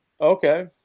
okay